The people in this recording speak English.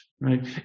right